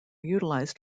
utilized